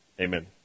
amen